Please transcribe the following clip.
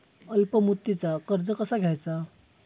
अल्प मुदतीचा कर्ज कसा घ्यायचा?